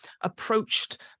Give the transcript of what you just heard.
approached